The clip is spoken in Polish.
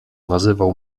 nazywał